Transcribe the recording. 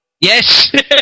Yes